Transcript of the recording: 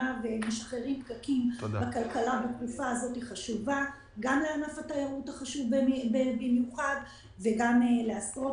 זרימה ומשחררים פקקים בכלכלה בתקופה הזאת חשוב לענף התיירות וגם לעשרות